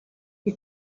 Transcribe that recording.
you